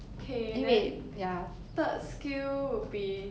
K then third skill would be